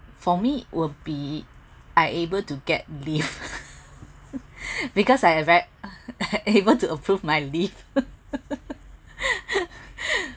for me will be I able to get leave because I very able to approve my leave